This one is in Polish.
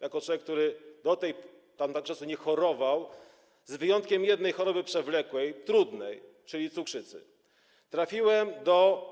Jako człowiek, który do tamtego czasu nie chorował, z wyjątkiem jednej choroby przewlekłej, trudnej, czyli cukrzycy, trafiłem do.